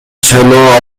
шайлоо